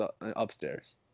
upstairs